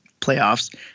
playoffs